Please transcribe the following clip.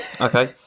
Okay